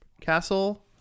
Castle